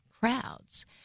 crowds